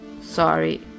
Sorry